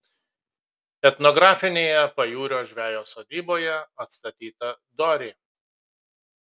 etnografinėje pajūrio žvejo sodyboje atstatyta dorė